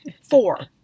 Four